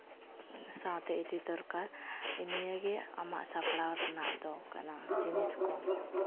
ᱥᱟᱶᱛᱮ ᱤᱫᱤ ᱫᱚᱨᱠᱟᱨ ᱱᱤᱭᱟᱹᱜᱮ ᱟᱢᱟᱜ ᱥᱟᱯᱲᱟᱣ ᱨᱮᱱᱟᱜ ᱫᱚ ᱠᱟᱱᱟ ᱡᱤᱱᱤᱥ ᱠᱚ